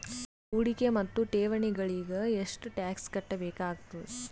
ಹೂಡಿಕೆ ಮತ್ತು ಠೇವಣಿಗಳಿಗ ಎಷ್ಟ ಟಾಕ್ಸ್ ಕಟ್ಟಬೇಕಾಗತದ?